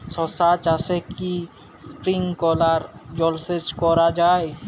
শশা চাষে কি স্প্রিঙ্কলার জলসেচ করা যায়?